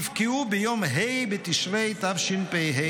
יפקעו ביום ה׳ בתשרי התשפ"ה,